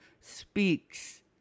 speaks